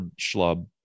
schlub